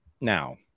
now